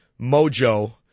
mojo